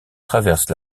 traverse